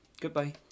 Goodbye